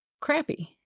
crappy